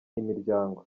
imiryango